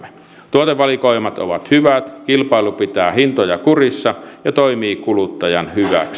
tuotevalikoimat ovat hyvät kilpailu pitää hintoja kurissa ja toimii kuluttajan